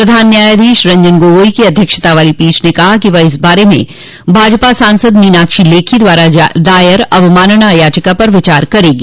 प्रधान न्यायाधीश रंजन गोगोई की अध्यक्षता वाली पीठ ने कहा कि वह इस बारे में भाजपा सांसद मीनाक्षी लेखी द्वारा दायर अवमानना याचिका पर विचार करेगी